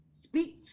speak